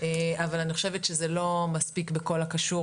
אבל אני חושבת שזה לא מספיק בכל הקשור